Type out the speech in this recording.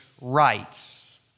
rights